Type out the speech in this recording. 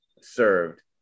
served